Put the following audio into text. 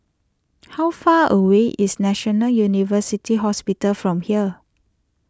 how far away is National University Hospital from here